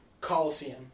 Coliseum